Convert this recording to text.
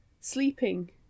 sleeping